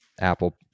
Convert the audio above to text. Apple